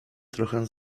trochę